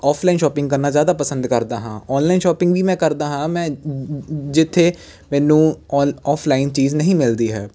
offline shopping ਕਰਨਾ ਜ਼ਿਆਦਾ ਪਸੰਦ ਕਰਦਾ ਹਾਂ ਓਨਲਾਈਨ ਸ਼ੋਪਿੰਗ ਵੀ ਮੈਂ ਕਰਦਾ ਹਾਂ ਮੈਂ ਜਿੱਥੇ ਮੈਨੂੰ ਔਨ ਓਫਲਾਈਨ ਚੀਜ਼ ਨਹੀਂ ਮਿਲਦੀ ਹੈ